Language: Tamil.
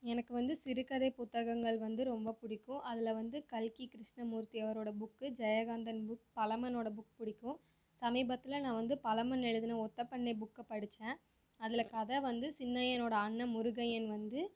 எனக்கு வந்து சிறுகதை புத்தகங்கள் வந்து ரொம்ப பிடிக்கும் அதில் வந்து கல்கி கிருஷ்ணமூர்த்தி அவரோட புக்கு ஜெயகாந்தன் புக் பழமனோட புக் பிடிக்கும் சமீபத்தில் நான் வந்து பழமன் எழுதின ஒத்தப்பனை புக்கை படிச்சேன் அதில் கதை வந்து சின்னையனோட அண்ணன் முருகையன் வந்து